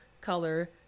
color